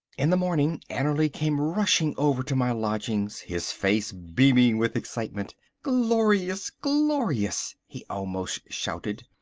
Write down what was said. in the morning annerly came rushing over to my lodgings, his face beaming with excitement. glorious, glorious, he almost shouted,